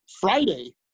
Friday